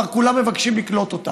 כבר כולם מבקשים לקלוט אותם?